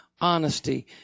honesty